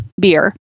beer